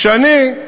רק שאני,